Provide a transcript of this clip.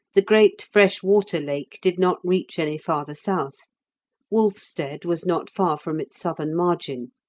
the great fresh water lake did not reach any farther south wolfstead was not far from its southern margin.